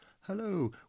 Hello